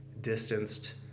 distanced